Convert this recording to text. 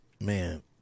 man